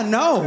no